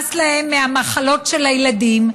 נמאס להם מהמחלות של הילדים,